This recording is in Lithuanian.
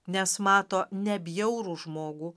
nes mato ne bjaurų žmogų